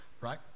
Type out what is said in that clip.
right